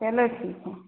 चलो ठीक है